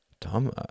Tom